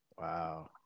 Wow